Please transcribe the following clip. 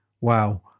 Wow